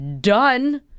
done